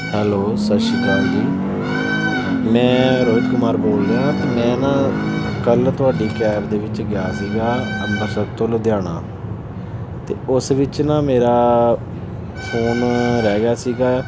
hello Sat Sri Akal ji ਮੈਂ ਰੋਹਿਤ ਕੁਮਾਰ ਬੋਲ ਰਿਹਾ ਅਤੇ ਮੈਂ ਨਾ ਕੱਲ੍ਹ ਤੁਹਾਡੀ ਕੈਬ ਦੇ ਵਿੱਚ ਗਿਆ ਸੀਗਾ ਅੰਬਰਸਰ ਤੋਂ ਲੁਧਿਆਣਾ ਅਤੇ ਉਸ ਵਿੱਚ ਨਾ ਮੇਰਾ ਫੋਨ ਰਹਿ ਗਿਆ ਸੀਗਾ